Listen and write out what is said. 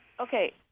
Okay